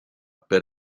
per